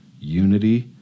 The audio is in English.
unity